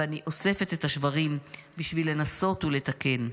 ואני אוספת את השברים בשביל לנסות ולתקן.